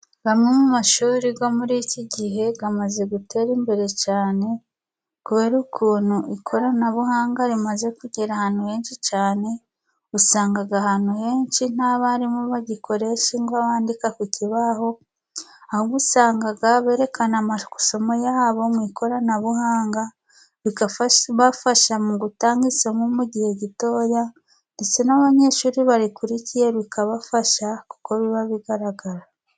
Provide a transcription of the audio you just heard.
Amwe mu mashuri yo muri iki gihe, amaze gutera imbere cyane kubera ukuntu ikoranabuhanga rimaze kugera ahantu henshi cyane, usanga ahantu henshi nta barimu bagikoresha ingwa bandika ku kibaho, aho usanga berekana amasomo yabo mu ikoranabuhanga, rikabafasha mu gutanga isomo mu gihe gitoya ndetse n'abanyeshuri barikurikiye, bikabafasha kuko biba bigaragara.